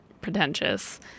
pretentious